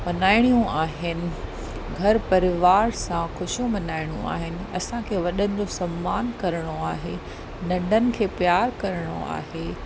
मल्हाइणियूं आहिनि घरु परिवार सां ख़ुशियूं मल्हाइणियूं आहिनि असांखे वॾनि जो सम्मानु करणो आहे नंढनि खे प्यारु करणो आहे